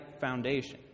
foundation